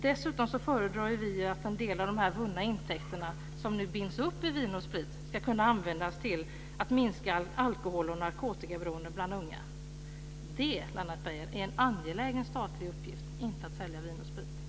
Dessutom föredrar vi att en del av de vunna intäkter som nu binds upp i Vin & Sprit används till att minska alkohol och narkotikaberoende bland unga. Det, Lennart Beijer, är en angelägen statlig uppgift. Att sälja vin och sprit är inte det.